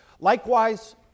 Likewise